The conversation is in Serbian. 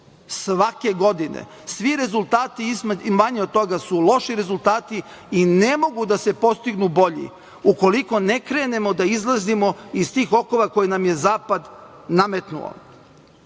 svake godine. Svi rezultati manji od toga su loši rezultati i ne mogu da se postignu bolji ukoliko ne krenemo da izlazimo iz tih okova koje nam je zapad nametnuo.